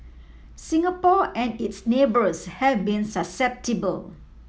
Singapore and its neighbours have been susceptible